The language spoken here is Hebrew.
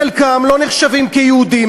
חלקם לא נחשבים יהודים,